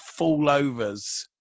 fallovers